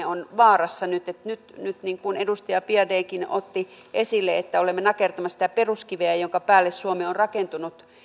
ovat vaarassa nyt että nyt niin kuin edustaja biaudetkin otti esille olemme nakertamassa sitä peruskiveä jonka päälle suomi on rakentunut